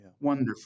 Wonderful